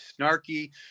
snarky